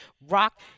rock